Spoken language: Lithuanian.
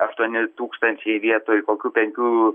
aštuoni tūkstančiai vietoj kokių penkių